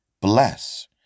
Bless